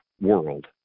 world